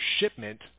shipment